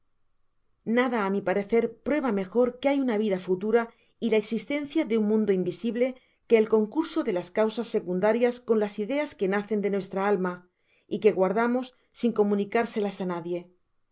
nada á mi parecer prueba mejor que hay una vida fntura y la existencia de un mundo invisible que el concurso de las causas secundarias con las ideas que nacen en nuestra alma y que guardamos sin comunicárselas á nadie